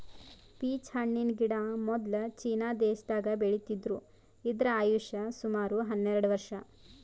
peach ಹಣ್ಣಿನ್ ಗಿಡ ಮೊದ್ಲ ಚೀನಾ ದೇಶದಾಗ್ ಬೆಳಿತಿದ್ರು ಇದ್ರ್ ಆಯುಷ್ ಸುಮಾರ್ ಹನ್ನೆರಡ್ ವರ್ಷ್